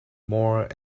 more